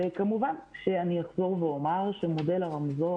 וכמובן שאני אחזור ואומר שמודל הרמזור